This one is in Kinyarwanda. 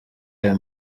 ayo